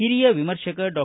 ಹಿರಿಯ ವಿಮರ್ಶಕ ಡಾ